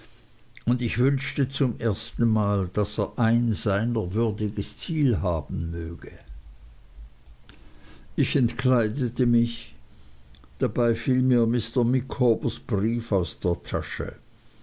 und ich wünschte zum erstenmal daß er ein seiner würdiges ziel haben möge ich entkleidete mich dabei fiel mir mr micawbers brief aus der tasche